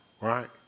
right